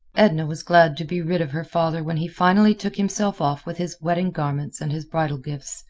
edna was glad to be rid of her father when he finally took himself off with his wedding garments and his bridal gifts,